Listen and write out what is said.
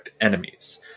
enemies